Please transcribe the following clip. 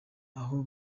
aha